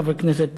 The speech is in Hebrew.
חבר הכנסת,